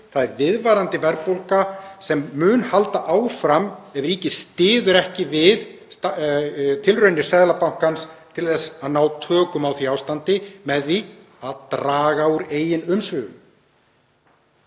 Það er viðvarandi verðbólga sem mun halda áfram ef ríkið styður ekki við tilraunir Seðlabankans til þess að ná tökum á því ástandi með því að draga úr eigin umsvifum.